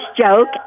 joke